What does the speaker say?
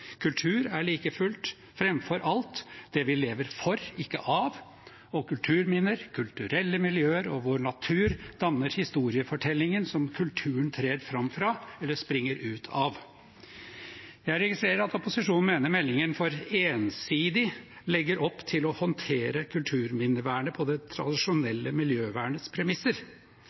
Kultur er like fullt framfor alt det vi lever for, ikke av, og kulturminner, kulturelle miljøer og vår natur danner historiefortellingen som kulturen trer fram fra eller springer ut av. Jeg registrerer at opposisjonen mener meldingen for ensidig legger opp til å håndtere kulturminnevernet på det tradisjonelle miljøvernets premisser.